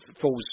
falls